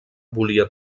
volia